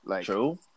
True